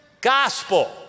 gospel